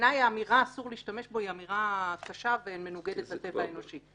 בעיניי האמירה "אסור להשתמש בו" היא אמירה קשה ומנוגדת לטבע האנושי.